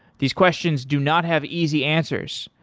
these questions do not have easy answers.